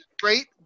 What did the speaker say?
great